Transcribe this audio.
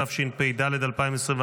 התשפ"ד 2024,